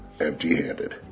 Empty-handed